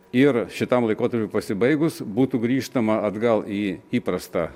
ir šitam laikotarpiui pasibaigus būtų grįžtama atgal į įprastą